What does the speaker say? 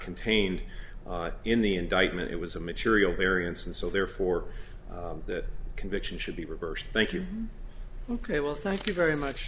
contained in the indictment it was a material variance and so therefore that conviction should be reversed thank you ok well thank you very much